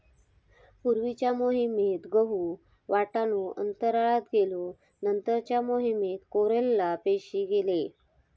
पूर्वीच्या मोहिमेत गहु, वाटाणो अंतराळात गेलो नंतरच्या मोहिमेत क्लोरेला पेशी गेले